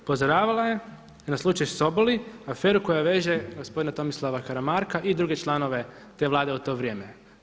Upozoravala je i na slučaj Soboli aferu koja veže gospodina Tomislava Karamarka i druge članove te vlade u to vrijeme.